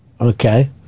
Okay